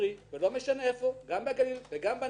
ולא משנה איפה - גם בגליל וגם בנגב,